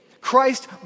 Christ